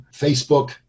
Facebook